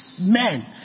men